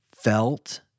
felt